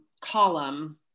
column